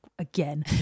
again